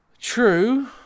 True